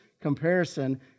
comparison